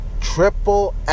Triple